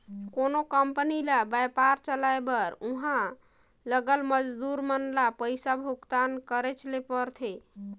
कोनो कंपनी ल बयपार चलाए बर उहां लगल मजदूर मन ल पइसा भुगतान करेच ले परथे